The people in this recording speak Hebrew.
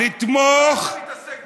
אולי תתעסק בעצמך?